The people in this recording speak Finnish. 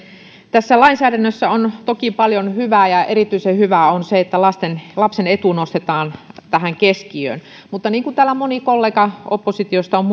tässä lainsäädännössä on toki paljon hyvää ja erityisen hyvää on se että lapsen etu nostetaan keskiöön mutta niin kuin täällä moni kollega oppositiosta on